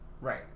right